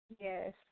Yes